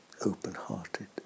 Open-hearted